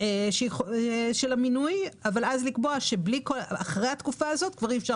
של המינוי אבל אז לקבוע שאחרי התקופה הזאת כבר אי אפשר